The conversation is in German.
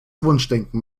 wunschdenken